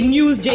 News